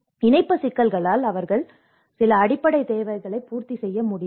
இணைப்பு சிக்கல்களால் அவர்களால் சில அடிப்படை தேவைகளை பூர்த்தி செய்ய முடியவில்லை